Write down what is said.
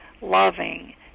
loving